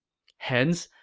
hence,